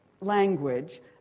language